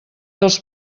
dels